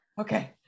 Okay